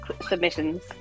submissions